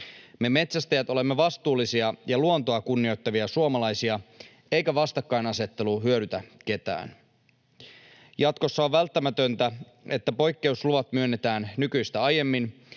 Me metsästäjät olemme vastuullisia ja luontoa kunnioittavia suomalaisia, eikä vastakkainasettelu hyödytä ketään. Jatkossa on välttämätöntä, että poikkeus-luvat myönnetään nykyistä aiemmin,